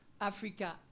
Africa